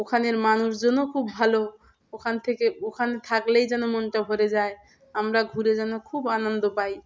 ওখানের মানুষজনও খুব ভালো ওখান থেকে ওখানে থাকলেই যেন মনটা ভরে যায় আমরা ঘুরে যেন খুব আনন্দ পাই